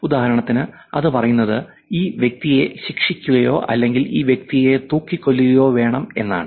ഉദാഹരണത്തിന് അത് പറയുന്നത് ഈ വ്യക്തിയെ ശിക്ഷിക്കുകയോ അല്ലെങ്കിൽ ഈ വ്യക്തിയെ തൂക്കിക്കൊല്ലുകയോ വേണം എന്നാണ്